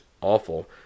awful